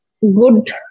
good